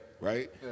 Right